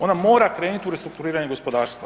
Ona mora krenuti u restrukturiranje gospodarstva.